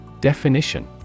Definition